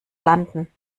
landen